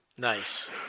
Nice